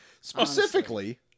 specifically